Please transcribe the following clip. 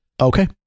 Okay